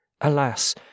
Alas